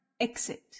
Exit